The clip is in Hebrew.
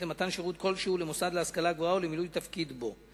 למתן שירות כלשהו למוסד להשכלה גבוהה או למילוי תפקיד בו.